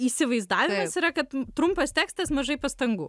įsivaizdavimas yra kad trumpas tekstas mažai pastangų